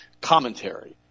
commentary